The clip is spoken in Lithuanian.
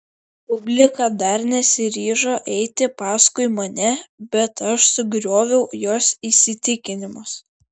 publika dar nesiryžo eiti paskui mane bet aš sugrioviau jos įsitikinimus